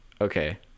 Okay